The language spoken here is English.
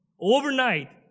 overnight